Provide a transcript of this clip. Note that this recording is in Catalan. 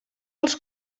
els